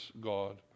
God